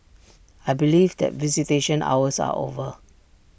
I believe that visitation hours are over